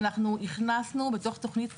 אנחנו הכנסנו, בתוך תוכנית